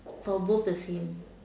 for both the same